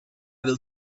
will